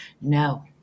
No